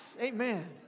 Amen